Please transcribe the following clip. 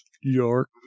York